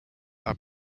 are